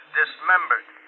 dismembered